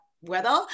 weather